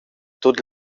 tut